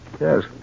Yes